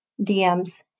DMS